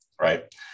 Right